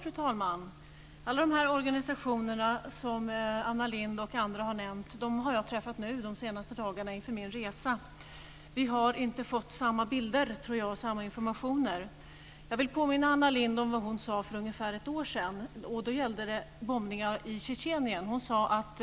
Fru talman! Alla de organisationer som Anna Lindh och andra nämnt har jag träffat de senaste dagarna inför min resa. Jag tror att vi inte har fått samma bilder och samma informationer. Jag vill påminna Anna Lindh om vad hon för ungefär ett år sedan sade om bombningarna i Tjetjenien. Hon sade att